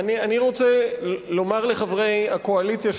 אני רוצה לומר לחברי הקואליציה,